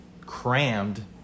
crammed